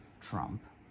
trump